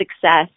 success